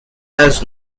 has